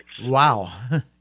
wow